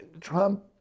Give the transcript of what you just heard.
Trump